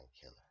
killer